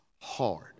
hard